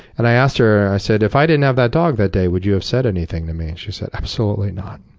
and i asked her, i said, if i didn't have that dog that day, would you have said anything to me? she said, absolutely not.